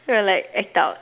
we'll like act out